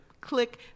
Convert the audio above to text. click